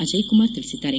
ಅಜಯ್ ಕುಮಾರ್ ತಿಳಿಸಿದ್ದಾರೆ